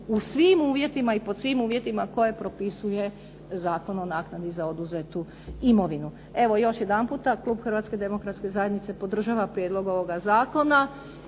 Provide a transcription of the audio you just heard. u svim uvjetima i pod svim uvjetima koje propisuje Zakon o naknadi za oduzetu imovinu. Evo još jedanputa, klub Hrvatske demokratske zajednice podržava prijedlog ovoga zakona